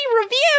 review